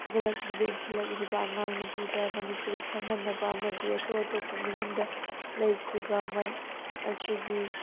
ꯍꯧꯒꯠꯂꯛꯂꯤꯕ ꯏꯡꯈꯠꯂꯛꯂꯤꯕ ꯑꯉꯥꯡ ꯅꯨꯄꯤꯗ ꯃꯅꯤꯄꯨꯔꯤ ꯈꯪꯍꯟꯅꯕ ꯑꯃꯗꯤ ꯑꯇꯣꯞ ꯑꯇꯣꯞꯄ ꯃꯤꯔꯝꯗ ꯂꯩꯈ꯭ꯔꯤꯕ ꯑꯩꯈꯣꯏꯒꯤ